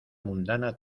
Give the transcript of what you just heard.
mundana